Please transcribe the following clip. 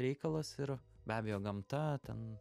reikalas ir be abejo gamta ten